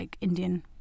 Indian